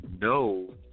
no